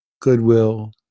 goodwill